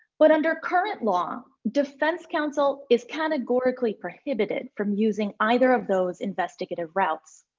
but, under current law, defense counsel is categorically prohibited from using either of those investigative routes.